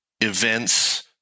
events